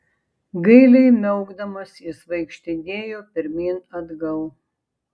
gailiai miaukdamas jis vaikštinėjo pirmyn atgal